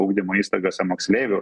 ugdymo įstaigose moksleivių